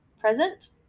present